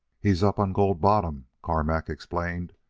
he's up on gold bottom, carmack explained.